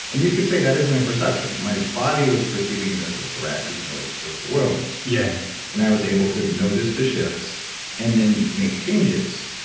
and you could say that is my perception. my body was perceiving it as a threat even though it's just the world, yeah and i was able to notice the shifts and then make changes.